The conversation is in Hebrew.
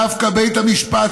דווקא בית המשפט,